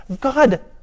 God